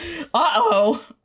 uh-oh